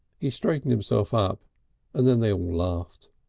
he straightened himself up and then they all laughed.